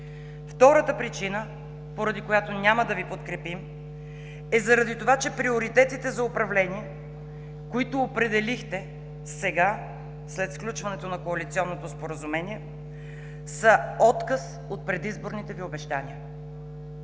Втората причина, поради която няма да Ви подкрепим, е заради това, че приоритетите за управление, които определихте сега, след сключването на коалиционното споразумение, са отказ от предизборните Ви обещания.